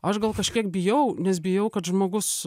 aš gal kažkiek bijau nes bijau kad žmogus